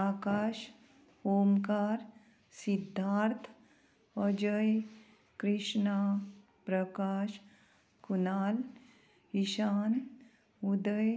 Akash Omkar Siddharth Ajay Krishna Prakash Kunal Ishan Uday